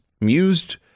mused